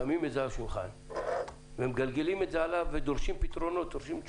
שמים את זה על השולחן ומגלגלים את זה הלאה ודורשים פתרונות ותשובות.